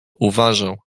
uważał